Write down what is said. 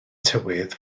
tywydd